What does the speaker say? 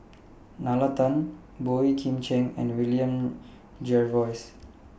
Nalla Tan Boey Kim Cheng and William Jervois